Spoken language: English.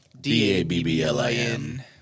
D-A-B-B-L-I-N